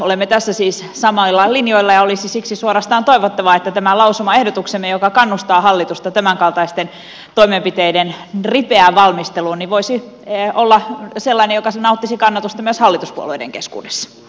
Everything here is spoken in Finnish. olemme tässä siis samoilla linjoilla ja olisi siksi suorastaan toivottavaa että tämä lausumaehdotuksemme joka kannustaa hallitusta tämänkaltaisten toimenpiteiden ripeään valmisteluun voisi olla sellainen joka nauttisi kannatusta myös hallituspuolueiden keskuudessa